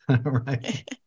right